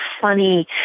funny